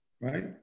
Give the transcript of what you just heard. right